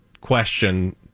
question